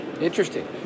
Interesting